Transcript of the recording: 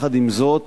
עם זאת,